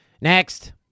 next